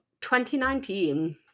2019